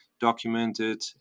documented